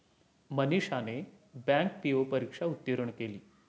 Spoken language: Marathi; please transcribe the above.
मनीषाने बँक पी.ओ परीक्षा उत्तीर्ण केली